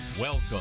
Welcome